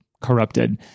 corrupted